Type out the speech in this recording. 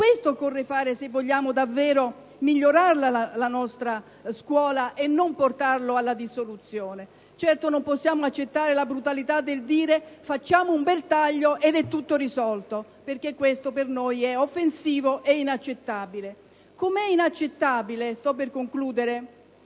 Questo occorre fare se vogliamo davvero migliorare la nostra scuola e non portarla alla dissoluzione. Certo, non possiamo accettare la brutalità del dire «facciamo un bel taglio ed è tutto risolto», perché questo per noi è offensivo e inaccettabile. Com'è inaccettabile l'intento